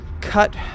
cut